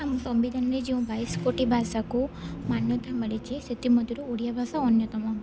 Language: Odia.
ଆମ ସମ୍ବିଧାନରେ ଯେଉଁ ବାଇଶି କୋଟି ଭାଷାକୁ ମାନ୍ୟତା ମିଳିଛି ସେଥିମଧ୍ୟରୁ ଓଡ଼ିଆ ଭାଷା ଅନ୍ୟତମ